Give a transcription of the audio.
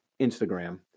Instagram